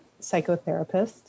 psychotherapist